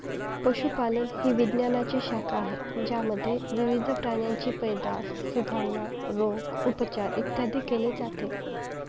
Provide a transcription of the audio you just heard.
पशुपालन ही विज्ञानाची शाखा आहे ज्यामध्ये विविध प्राण्यांची पैदास, सुधारणा, रोग, उपचार, इत्यादी केले जाते